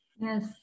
Yes